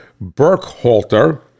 Burkhalter